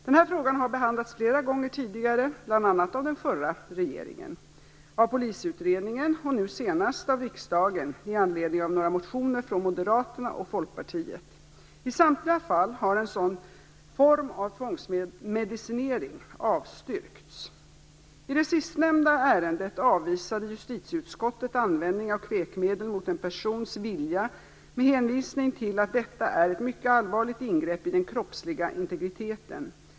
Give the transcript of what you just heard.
Denna fråga har behandlats flera gånger tidigare, bl.a. av den förra regeringen (se prop. 1993/94:24 s. och nu senast av riksdagen med anledning av några motioner från Moderaterna och Folkpartiet I det sistnämnda ärendet avvisade justitieutskottet användning av kräkmedel mot en persons vilja med hänvisning till att detta är ett mycket allvarligt ingrepp i den kroppsliga integriteten.